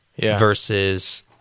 versus